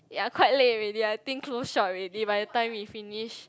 ya quite late already I think close shop already by the time we finish